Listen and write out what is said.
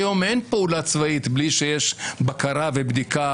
היום אין פעולה צבאית בלי שיש בקרה ובדיקה